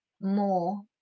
more